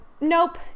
nope